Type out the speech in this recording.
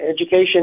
education